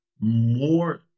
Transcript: more